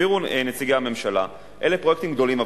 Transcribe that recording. הסבירו נציגי הממשלה: אלה פרויקטים גדולים,